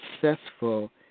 successful